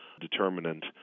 determinant